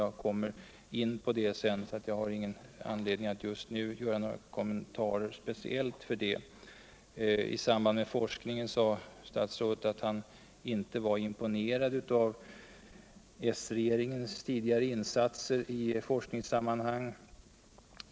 Jag kommer in på det senare och har därför ingen anledning att just nu göra några kommentarer speciellt till det som utbildningsministern anförde. Statsrådet sade bl.a. att han inte är imponerad av s-regeringens tidigare insatser I forskningssammanhang.